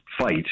fight